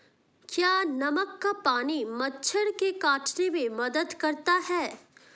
क्या नमक का पानी मच्छर के काटने में मदद करता है?